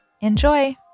Enjoy